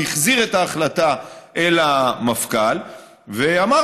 הוא החזיר את ההחלטה אל המפכ"ל ואמר